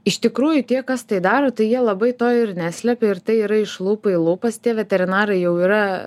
iš tikrųjų tie kas tai daro tai jie labai to ir neslepia ir tai yra iš lūpų į lūpas tie veterinarai jau yra